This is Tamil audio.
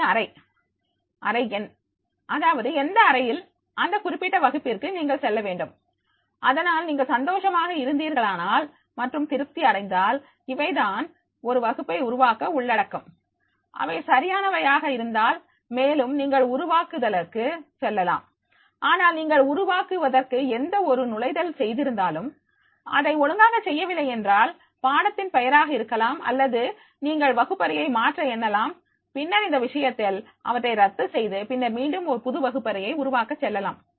அடுத்து அறைஅறை எண் அதாவது எந்த அறையில் அந்த குறிப்பிட்ட வகுப்பிற்கு நீங்கள் செல்ல வேண்டும் அதனால் நீங்கள் சந்தோஷமாக இருந்தீர்களானால் மற்றும் திருப்தி அடைந்தால் இவைதான் ஒரு வகுப்பை உருவாக்க உள்ளடக்கம் அவை சரியானவையாக இருந்தால் மேலும் நீங்கள் உருவாக்குதலுக்கு செல்லலாம் ஆனால் நீங்கள் உருவாக்குவதற்கு எந்த ஒரு நுழைதல் செய்திருந்தாலும் அதை ஒழுங்காக செய்யவில்லை என்றால் பாடத்தின் பெயராக இருக்கலாம் அல்லது நீங்கள் வகுப்பறையை மாற்ற எண்ணலாம் பின்னர் இந்த விஷயத்தில் அவற்றை ரத்து செய்து பின்னர் மீண்டும் புது வகுப்பறையை உருவாக்க செல்லலாம்